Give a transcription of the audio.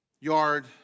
yard